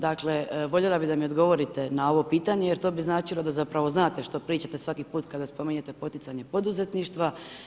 Dakle, voljela bih da mi odgovorite na ovo pitanje, jer to bi značilo da zapravo znate što pričate svaki put kada spominjete poticanje poduzetništva.